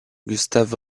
gustav